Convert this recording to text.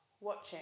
watching